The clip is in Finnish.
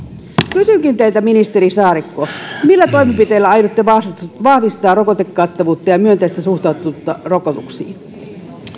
kysynkin teiltä ministeri saarikko millä toimenpiteillä aiotte vahvistaa rokotekattavuutta ja myönteistä suhtautumista rokotuksiin